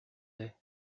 lait